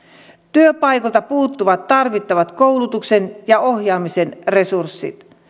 työpaikoilta puuttuvat tarvittavat koulutuksen ja ohjaamisen resurssit